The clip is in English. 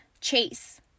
chase